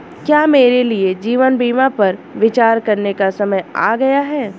क्या मेरे लिए जीवन बीमा पर विचार करने का समय आ गया है?